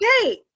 okay